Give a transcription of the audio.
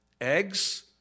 eggs